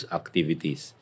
activities